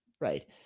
right